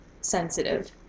sensitive